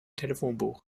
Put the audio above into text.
telefonbuch